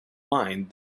mind